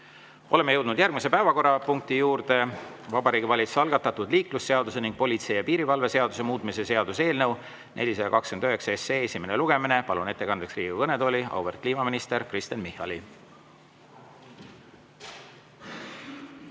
Oleme jõudnud järgmise päevakorrapunkti juurde: Vabariigi Valitsuse algatatud liiklusseaduse ning politsei- ja piirivalve seaduse muutmise seaduse eelnõu 429 esimene lugemine. Palun ettekandeks Riigikogu kõnetooli auväärt kliimaministri Kristen Michali.